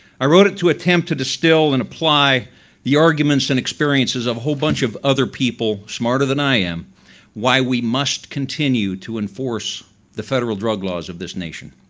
i wrote it to attempt to distill and apply the arguments and experiences of a whole bunch of other people smarter than i am why we must continue to enforce the federal drug laws of this nation.